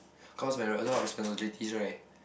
cause where a lot of responsibilities right